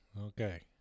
Okay